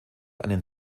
einen